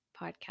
Podcast